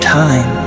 time